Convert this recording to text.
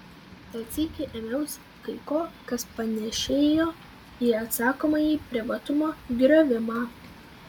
tad sykį ėmiausi kai ko kas panėšėjo į atsakomąjį privatumo griovimą